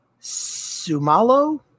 Sumalo